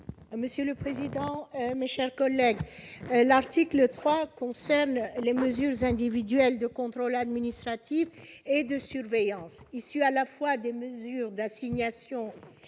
Monsieur le président, mes chers collègues, l'article 3 concernent les mesures individuelles de contrôle administratif et de surveillance issus à la fois des mesures d'assignation